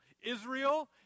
Israel